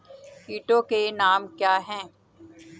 कीटों के नाम क्या हैं?